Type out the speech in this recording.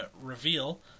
reveal